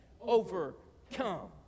overcome